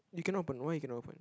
you cannot open why you cannot open